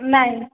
ନାଇଁ